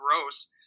gross